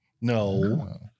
No